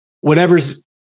whatever's